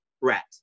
Rat